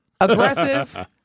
Aggressive